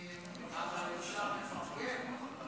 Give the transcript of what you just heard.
אבל אפשר לפרגן.